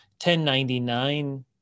1099